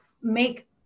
make